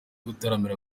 gutaramira